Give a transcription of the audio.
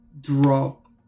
drop